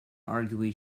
arguably